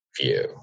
view